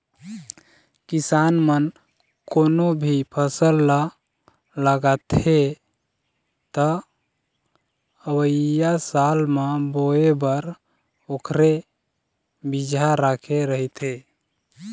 किसान मन कोनो भी फसल ल लगाथे त अवइया साल म बोए बर ओखरे बिजहा राखे रहिथे